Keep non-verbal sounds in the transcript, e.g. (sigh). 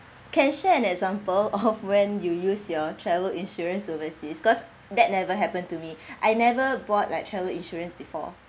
can share an example of (laughs) when you use your travel insurance overseas cause that never happened to me (breath) I never bought like travel insurance before